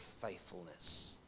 faithfulness